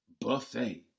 buffet